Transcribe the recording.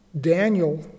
Daniel